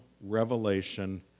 revelation